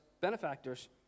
benefactors